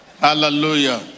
Hallelujah